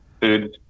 food